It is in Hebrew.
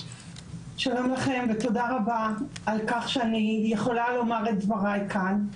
שלום לכם ותודה רבה על כך שאני יכולה לומר את דבריי כאן.